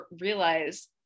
realize